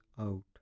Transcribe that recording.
out